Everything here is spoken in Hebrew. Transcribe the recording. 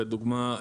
לדוגמה,